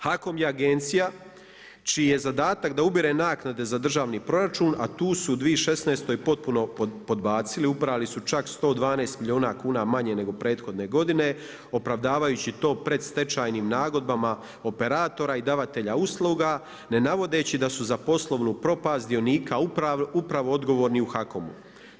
HAKOM je agencija čiji je zadatak da ubire naknade za državni proračun a tu su u 2016. potpuno podbacili … su čak 112 milijuna kuna manje nego prethodne godine, opravdavajući to predstečajnim nagodbama operatora i davatelja usluga ne navodeći da su za poslovnu propast dionika upravo odgovorni u HAKOM-u.